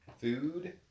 food